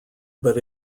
but